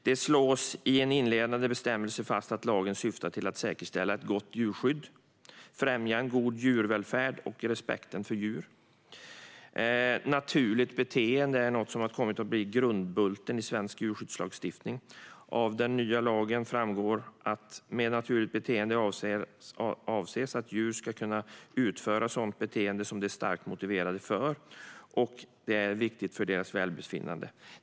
Det slås i en inledande bestämmelse fast att lagen syftar till att säkerställa ett gott djurskydd och att främja en god djurvälfärd och respekten för djur. Naturligt beteende är något som har kommit att bli grundbulten i svensk djurskyddslagstiftning. Av den nya lagen framgår att med naturligt beteende avses att djur ska kunna utföra sådana beteenden som de är starkt motiverade för och som är viktiga för deras välbefinnande.